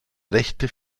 rechte